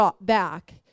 back